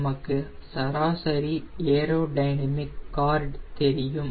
நமக்கு சராசரி aerodynamic chord தெரியும்